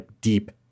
deep